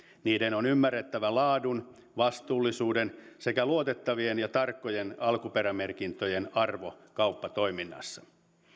niiden on ymmärrettävä laadun vastuullisuuden sekä luotettavien ja tarkkojen alkuperämerkintöjen arvo kauppatoiminnassa